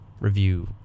Review